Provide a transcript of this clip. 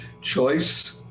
choice